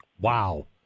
Wow